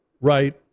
right